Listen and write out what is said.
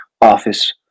Office